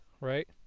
right